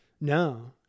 No